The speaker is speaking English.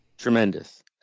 Tremendous